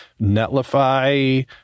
Netlify